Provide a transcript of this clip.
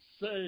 say